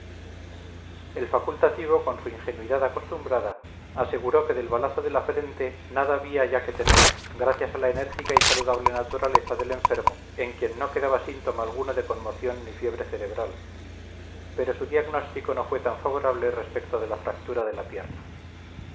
el facultativo con su ingenuidad acostumbrada aseguró que del balazo de la frente nada había ya que temer gracias a la enérgica y saludable naturaleza del enfermo en quien no quedaba síntoma alguno de conmoción ni fiebre cerebral pero su diagnóstico no fue tan favorable respecto de la fractura de la pierna